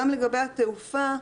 גם לגבי התעופה,